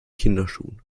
kinderschuhen